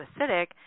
acidic